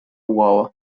uova